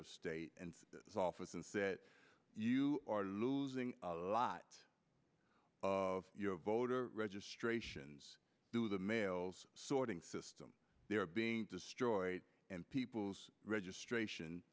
of state office and said you are losing a lot of voter registrations to the mails sorting system they're being destroyed and people's registration